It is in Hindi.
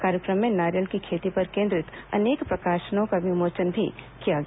कार्यक्रम में नारियल की खेती पर केन्द्रित अनेक प्रकाशनों का विमोचन भी किया गया